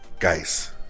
Guys